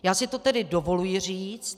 Já si to tedy dovoluji říct.